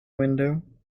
window